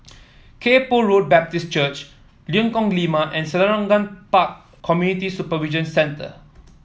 Kay Poh Road Baptist Church Lengkok Lima and Selarang Park Community Supervision Centre